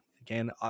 again